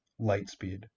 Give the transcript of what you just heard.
Lightspeed